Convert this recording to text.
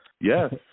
Yes